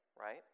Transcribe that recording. right